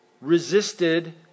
resisted